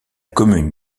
commune